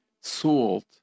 salt